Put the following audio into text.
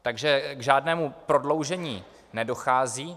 Takže k žádnému prodloužení nedochází.